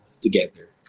together